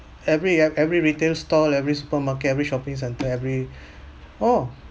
every ev~ every retail stall every supermarket every shopping centre every oh